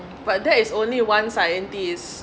but that is only one scientist